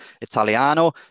Italiano